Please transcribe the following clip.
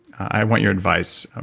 i want your advice.